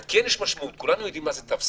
ועל כן יש משמעות, כולנו יודעים מה זה תו סגול,